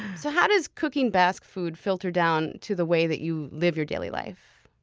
so how does cooking basque food filter down to the way that you live your daily life?